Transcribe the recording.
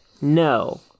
No